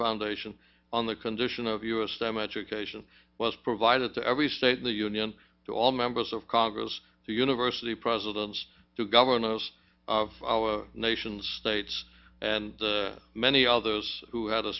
foundation on the condition of u s stem education was provided to every state in the union to all members of congress to university presidents to governors of our nation's states and many others who had a